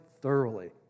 thoroughly